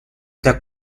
the